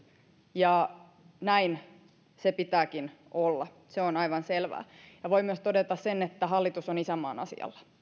ja näin sen pitääkin olla se on aivan selvää voin myös todeta sen että hallitus on isänmaan asialla